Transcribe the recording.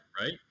Right